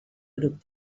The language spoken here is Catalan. grup